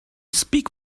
speak